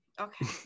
okay